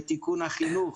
ותיקון החינוך.